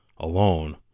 Alone